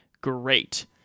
great